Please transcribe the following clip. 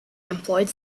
employed